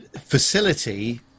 facility